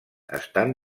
estan